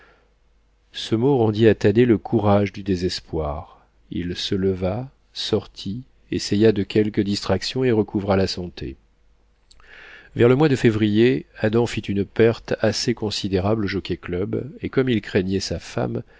ce mot rendit à thaddée le courage du désespoir il se leva sortit essaya de quelques distractions et recouvra la santé vers le mois de février adam fit une perte assez considérable au jockey-club et comme il craignait sa femme